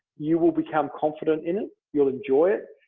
you will become confident in it, you'll enjoy it.